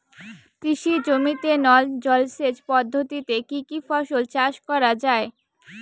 কৃষি জমিতে নল জলসেচ পদ্ধতিতে কী কী ফসল চাষ করা য়ায়?